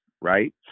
right